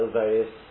various